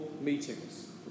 meetings